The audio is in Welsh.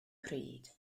pryd